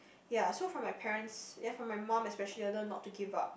ya so from my parents ya from my mum especially I learn not to give up